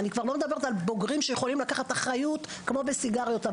אני כבר לא מדברת על מבוגרים שיכולים לקחת אחריות כמו בסיגריות,